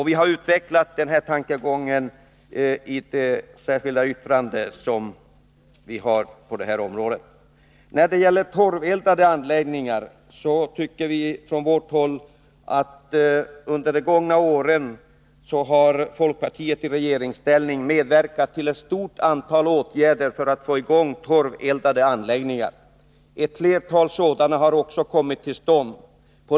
Vi har utvecklat denna tankegång i det särskilda yttrande som vi fogat till betänkandet. När det gäller torveldade anläggningar anser vi att folkpartiet under de gångna åren i regeringsställning har medverkat till ett stort antal åtgärder för att få i gång sådana anläggningar. Ett flertal torveldade anläggningar har också kommit till stånd.